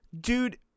dude